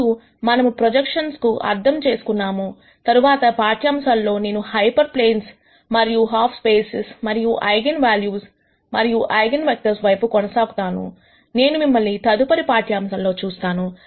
మరియు మనము ప్రొజెక్షన్స్ ను అర్థం చేసుకున్నాము తర్వాత పాఠ్యాంశంలో నేను హైపర్ ప్లేన్స్ మరియు హాఫ్ స్పేసేస్ మరియు ఐగన్ వాల్యూస్ మరియు ఐగన్ వెక్టర్స్ వైపు కొనసాగుతాను నేను మిమ్మల్ని తదుపరి పాఠ్యాంశం లో చూస్తాను